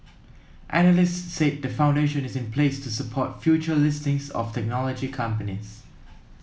analysts said the foundation is in place to support future listings of technology companies